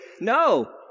No